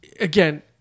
again